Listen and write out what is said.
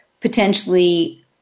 potentially